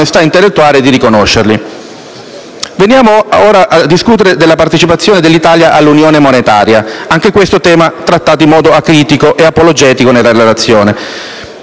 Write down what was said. Veniamo, allora, a discutere della partecipazione dell'Italia all'Unione monetaria, tema, anche questo, trattato in modo acritico e apologetico nella relazione.